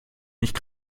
nicht